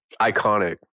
iconic